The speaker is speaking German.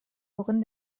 worin